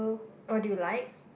what do you like